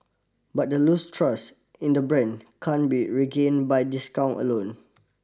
but the lose trust in the brand can't be regained by discount alone